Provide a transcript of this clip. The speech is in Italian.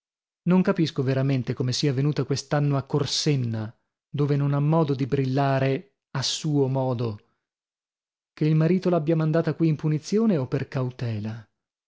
non capisco veramente come sia venuta quest'anno a corsenna dove non ha modo di brillare a suo modo che il marito l'abbia mandata qui in punizione o per cautela